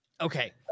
Okay